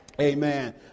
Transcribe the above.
Amen